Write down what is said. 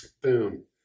Boom